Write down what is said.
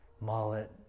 mullet